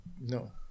No